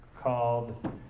called